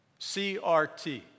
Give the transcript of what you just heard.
CRT